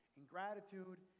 ingratitude